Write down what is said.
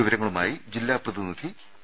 വിവരങ്ങളുമായി ജില്ലാ പ്രതിനിധി പി